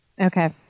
Okay